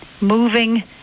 moving